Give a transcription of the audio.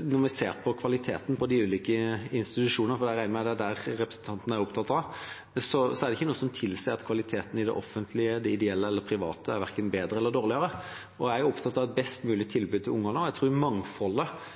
når vi ser på kvaliteten på de ulike institusjonene – for jeg regner med det er det representanten er opptatt av – er det ikke noe som tilsier at kvaliteten er bedre eller dårligere verken i det offentlige eller hos de ideelle eller de private. Jeg er opptatt av å ha et best mulig tilbud til ungene, og jeg tror mangfoldet